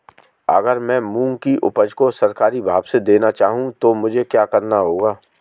अगर मैं मूंग की उपज को सरकारी भाव से देना चाहूँ तो मुझे क्या करना होगा?